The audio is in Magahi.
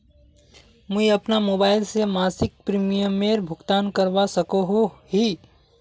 मुई अपना मोबाईल से मासिक प्रीमियमेर भुगतान करवा सकोहो ही?